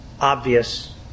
obvious